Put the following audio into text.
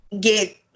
get